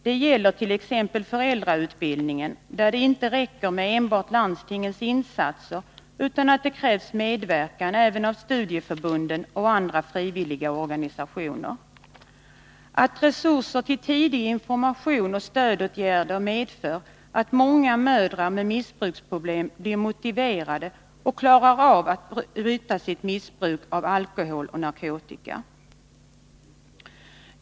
Det gäller t.ex. föräldrautbildningen, där det inte räcker med enbart landstingens insatser utan krävs medverkan även av studieförbunden och andra frivilliga organisationer. Att resurser ges till tidig information och stödåtgärder medför att många mödrar med missbruksproblem blir motiverade och klarar av att bryta sitt missbruk av alkohol och narkotika.